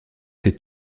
est